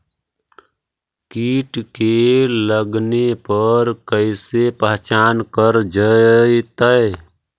कीट के लगने पर कैसे पहचान कर जयतय?